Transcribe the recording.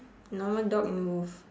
normal dog and wolf